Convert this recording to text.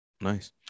nice